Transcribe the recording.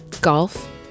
Golf